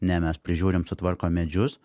ne mes prižiūrim sutvarkom medžius